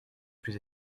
plus